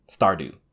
Stardew